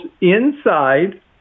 inside